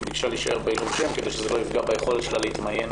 היא ביקשה להישאר בעילום שם כדי שזה לא יפגע ביכולת שלה להתמיין